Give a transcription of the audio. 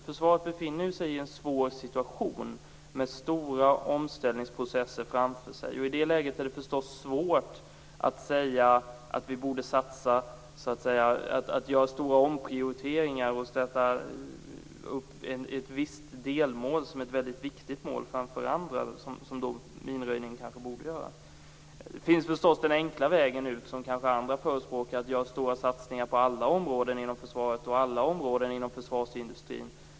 Försvaret befinner sig i en svår situation med stora omställningsprocesser framför sig. I det läget är det förstås svårt att säga att vi borde göra stora omprioriteringar för att uppnå ett visst delmål, som är ett mycket viktigt mål, framför andra, som man kanske borde göra med minröjningen. Det finns förstås den enkla vägen ut, som kanske andra förespråkar. Det är att göra stora satsningar på alla områden inom försvaret och inom försvarsindustrin.